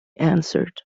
answered